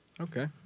okay